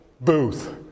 Booth